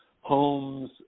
homes